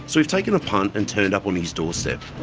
so we've taken a punt and turned up on his doorstep.